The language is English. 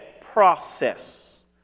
process